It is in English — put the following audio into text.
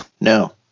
No